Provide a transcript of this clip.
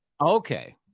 Okay